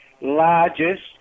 largest